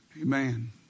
Amen